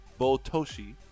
Botoshi